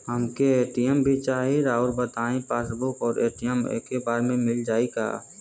हमके ए.टी.एम भी चाही राउर बताई का पासबुक और ए.टी.एम एके बार में मील जाई का?